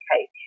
cake